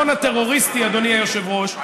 אדוני היושב-ראש,